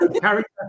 character